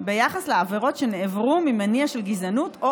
ביחס לעבירות שנעברו ממניע של גזענות או